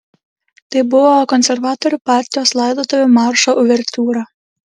tai buvo konservatorių partijos laidotuvių maršo uvertiūra